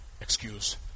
excuse